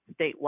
statewide